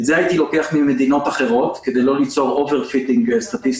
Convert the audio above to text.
את זה הייתי לוקח ממדינות אחרות כדי לא ליצור over fitting סטטיסטי